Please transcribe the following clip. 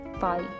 Bye